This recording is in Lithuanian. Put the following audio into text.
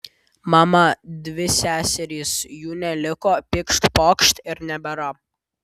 mama dvi seserys jų neliko pykšt pokšt ir nebėra